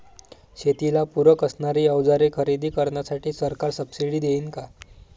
शेतीला पूरक असणारी अवजारे खरेदी करण्यासाठी सरकार सब्सिडी देईन का?